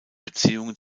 beziehungen